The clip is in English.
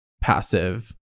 passive